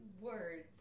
words